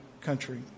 country